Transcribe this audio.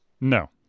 No